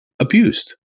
abused